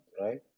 right